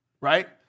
right